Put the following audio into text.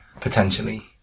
potentially